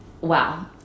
Wow